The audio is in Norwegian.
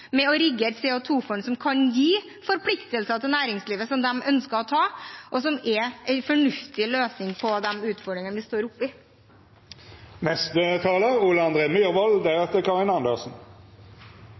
med å rigge et CO2-fond som kan gi næringslivet forpliktelser, som de ønsker å ta, og som er en fornuftig løsning på de utfordringene vi står